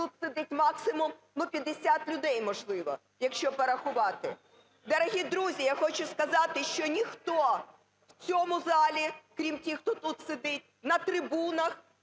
тут сидить максимум, ну, 50 людей, можливо, якщо порахувати. Дорогі друзі, я хочу сказати, що ніхто в цьому залі, крім тих, хто тут сидить, на трибунах,